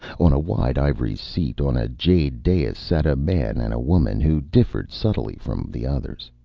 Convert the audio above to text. on a wide ivory seat on a jade dais sat a man and a woman who differed subtly from the others.